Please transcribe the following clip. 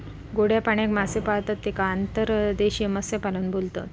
गोड्या पाण्यात मासे पाळतत तेका अंतर्देशीय मत्स्यपालन बोलतत